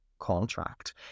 contract